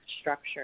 structure